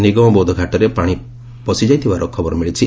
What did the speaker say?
ନିଗମବୋଧ ଘାଟରେ ପାଣି ପସି ଯାଇଥିବାର ଖବର ମିଳିଛି